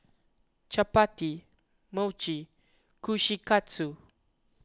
Chapati Mochi and Kushikatsu